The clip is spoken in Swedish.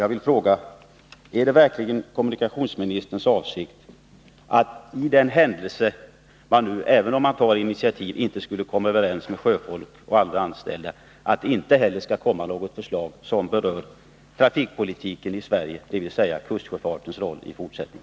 Jag vill fråga: Är det verkligen kommunikationsministerns avsikt att det, för den händelse man — även om regeringen tar initiativ — inte skulle komma överens med sjöfolk och andra anställda, inte heller skall komma något förslag som berör trafikpolitiken i Sverige, dvs. kustsjöfartens roll i fortsättningen?